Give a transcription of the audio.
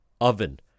oven